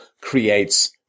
creates